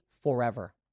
forever